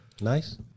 Nice